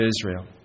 Israel